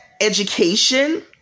education